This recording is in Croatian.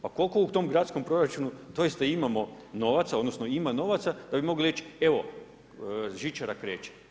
Pa koliko u tom gradskom proračunu doista imamo novaca odnosno ima novaca da bi mogli reći evo, žičara kreće.